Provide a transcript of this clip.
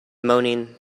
moaning